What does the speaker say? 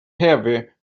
heavy